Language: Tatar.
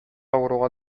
авыруга